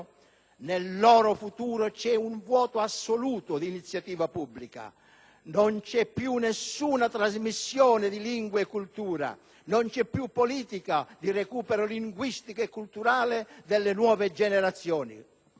Governo - c'è un vuoto assoluto di iniziativa pubblica. Non c'è più alcuna trasmissione di lingua e cultura, non c'è più politica di recupero linguistico e culturale delle seconde generazioni.